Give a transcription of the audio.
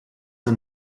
ein